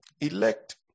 Elect